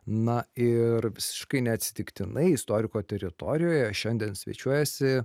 na ir visiškai neatsitiktinai istoriko teritorijoje šiandien svečiuojasi